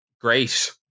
great